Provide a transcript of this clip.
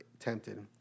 tempted